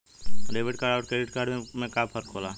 Debit card अउर credit card में का फर्क होला?